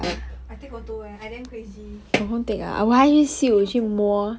I take photo eh I damn crazy I keep taking 不要再